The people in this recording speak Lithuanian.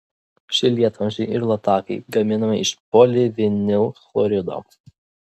šie lietvamzdžiai ir latakai gaminami iš polivinilchlorido